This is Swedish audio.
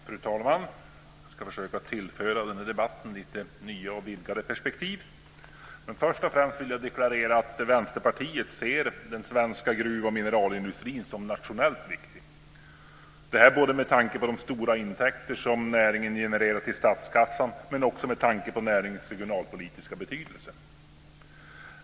Fru talman! Jag ska försöka att tillföra den här debatten lite nya och vidgade perspektiv. Men först och främst vill jag deklarera att Vänsterpartiet ser den svenska gruv och mineralindustrin som nationellt viktig - detta med tanke på de stora intäkter som näringen genererar till statskassan men också med tanke på näringens regionalpolitiska betydelse.